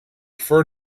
prefer